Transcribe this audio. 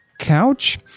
couch